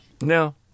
No